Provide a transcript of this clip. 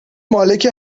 مالک